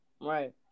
Right